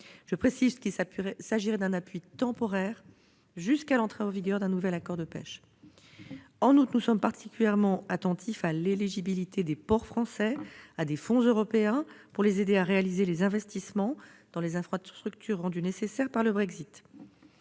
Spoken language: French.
Je précise qu'il s'agirait d'un appui temporaire, jusqu'à l'entrée en vigueur d'un nouvel accord de pêche. En outre, nous sommes particulièrement attentifs à l'éligibilité des ports français à des fonds européens, pour les aider à réaliser les investissements dans les infrastructures, rendues nécessaires par le Brexit.